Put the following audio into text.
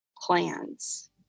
plans